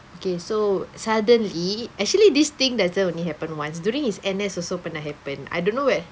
okay so suddenly actually this thing doesn't only happen once during his N_S pun pernah happen I don't know eh